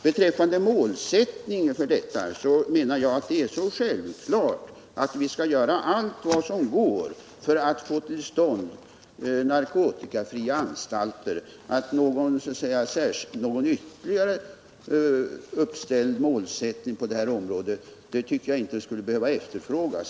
Beträffande målsättningen menar jag att det är så självklart att vi skall göra allt vad som går att göra för att få till stånd narkotikafria anstalter, att någon ytterligare uppställd målsättning på detta område inte skulle behöva efterfrågas.